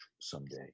someday